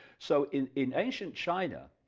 so in in ancient china,